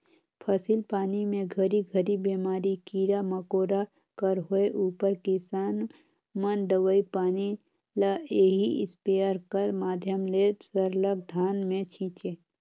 फसिल पानी मे घरी घरी बेमारी, कीरा मकोरा कर होए उपर किसान मन दवई पानी ल एही इस्पेयर कर माध्यम ले सरलग धान मे छीचे